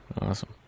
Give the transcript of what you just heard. Awesome